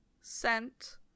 sent